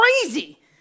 crazy